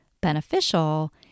beneficial